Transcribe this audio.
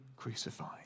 crucified